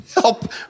help